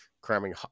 cramming